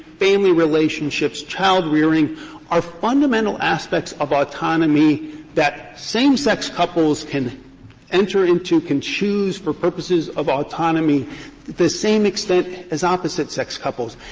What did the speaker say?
family relationships, childrearing are fundamental aspects of autonomy that same-sex couples can enter into, can choose for purposes of autonomy to the same extent as opposite-sex couples,